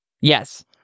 Yes